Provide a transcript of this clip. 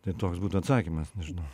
tai toks būtų atsakymas nežinau